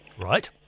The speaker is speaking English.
Right